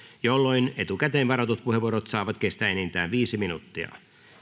jolloin etukäteen varatut puheenvuorot saavat kestää enintään viisi minuuttia